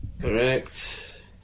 Correct